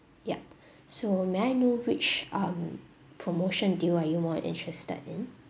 yup so may I know which um promotion deal are you more interested in